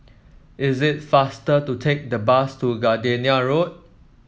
it is faster to take the bus to Gardenia Road